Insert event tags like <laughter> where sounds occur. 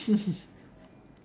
<laughs>